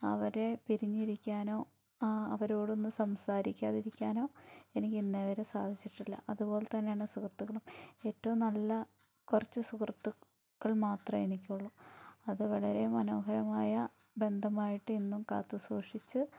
അവരെ പിരിഞ്ഞിരിക്കാനോ അവരോടൊന്ന് സംസാരിക്കാതെ ഇരിക്കാനോ എനിക്ക് ഇന്നേവരെ സാധിച്ചിട്ടില്ല അതുപോലെ തന്നെ ആണ് സുഹൃത്തുക്കളും ഏറ്റവും നല്ല കുറച്ച് സുഹൃത്തുക്കൾ മാത്രേ എനിക്ക് ഉള്ളു അത് വളരെ മനോഹരമായ ബന്ധമായിട്ട് എന്നും കാത്തുസൂക്ഷിച്ച്